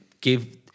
give